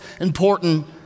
important